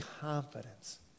confidence